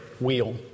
wheel